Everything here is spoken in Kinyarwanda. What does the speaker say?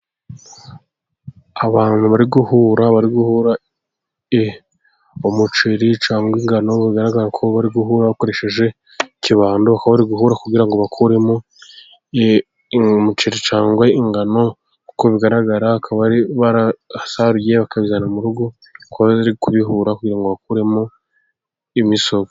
Abantu bari guhura, bari guhura umuceri cyangwa ingano bagaragara ko bari guhura bakoresheje ikibando aho bari guhura kugira ngo bakuremo umuceri cangwe ingano kuko bigaragara, bakaba bari barasaruye bakabizana mu rugo bakaba bari kubihura kugirango ngo bakuremo imisovu.